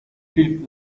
film